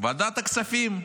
ועדת הכספים,